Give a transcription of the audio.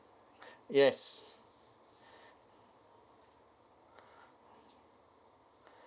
yes